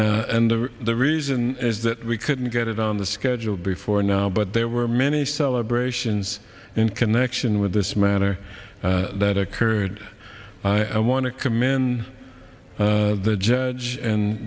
and the reason is that we couldn't get it on the schedule before now but there were many celebrations in connection with this matter that occurred i want to commend the judge and